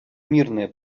мирное